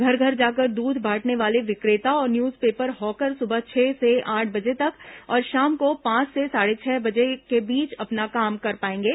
घर घर जाकर दूध बांटने वाले विक्रेता और न्यूज पेपर हॉकर सुबह छह से आठ बजे तक और शाम को पांच से साढ़े छह बजे के बीच अपना काम कर पाएंगे